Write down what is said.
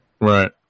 Right